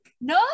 no